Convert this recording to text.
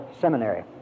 Seminary